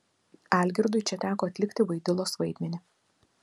algirdui čia teko atlikti vaidilos vaidmenį